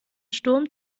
sturm